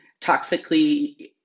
toxically